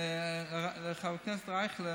חבר הכנסת אייכלר,